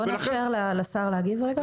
בוא נאפשר לשר להגיב רגע?